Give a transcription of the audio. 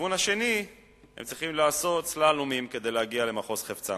ומהכיוון השני הם צריכים לעשות סלאלום כדי להגיע למחוז חפצם.